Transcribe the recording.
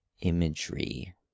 imagery